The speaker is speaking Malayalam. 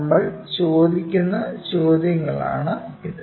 നമ്മൾ ചോദിക്കുന്ന ചോദ്യങ്ങളാണിവ